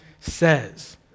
says